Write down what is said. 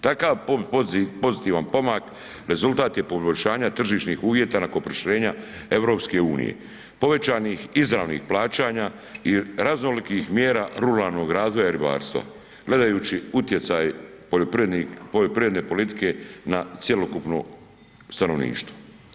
Takav pozitivan pomak rezultat je poboljšanja tržišnih uvjeta nakon proširenja EU, povećanih izravnih plaćanja i raznolikih mjera ruralnog razvoja i ribarstva gledajuću utjecaj poljoprivrednih, poljoprivredne politike na cjelokupno stanovništvo.